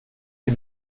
sie